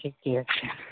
ठीके छै